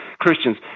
Christians